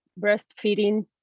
breastfeeding